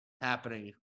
happening